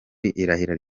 irahira